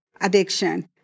addiction